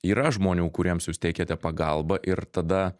yra žmonių kuriems jūs teikiate pagalbą ir tada